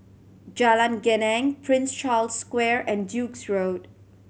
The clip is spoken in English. Jalan Geneng Prince Charles Square and Duke's Road